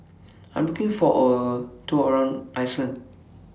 I Am looking For A Tour around Iceland